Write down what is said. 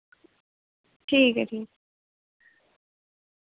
ठीक ऐ ठीक